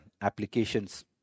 applications